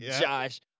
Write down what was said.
Josh